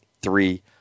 three